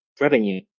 revenue